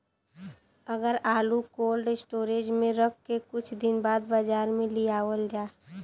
अगर आलू cold storage में रख के कुछ दिन बाद बाजार में लियावल जा?